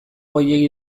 gehiegi